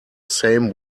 same